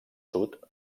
sud